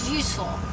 useful